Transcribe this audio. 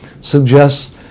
suggests